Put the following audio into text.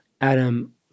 Adam